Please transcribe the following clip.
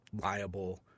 liable